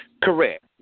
Correct